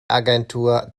agentur